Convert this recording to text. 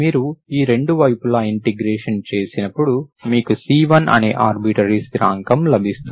మీరు ఈ రెండు వైపులా ఇంటిగ్రేషన్ చేసినప్పుడు మీకు C1 అనే ఆర్బిరటీ స్థిరాంకం లభిస్తుంది